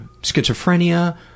schizophrenia